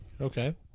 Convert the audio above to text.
okay